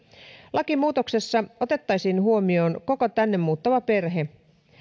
lakimuutoksessa otettaisiin huomioon koko tänne muuttava perhe